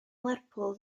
lerpwl